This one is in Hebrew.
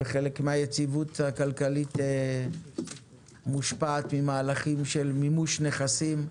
חלק מהיציבות הכלכלית מושפעת ממהלכים של מימוש נכסים,